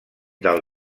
del